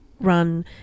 run